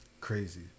Crazy